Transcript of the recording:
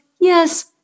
yes